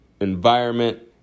environment